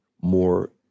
more